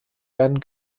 werden